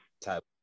type